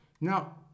Now